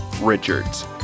Richards